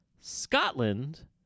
Scotland